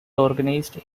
organized